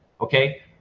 okay